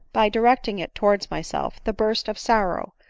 by directing it towards myself, the burst of sorrow,